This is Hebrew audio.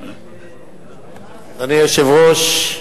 אדוני היושב-ראש,